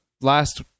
last